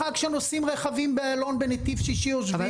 כשנוסעים רכבים באיילון בנתיב שישי או שביעי.